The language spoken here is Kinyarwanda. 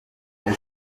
muri